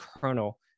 kernel